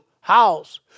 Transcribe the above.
house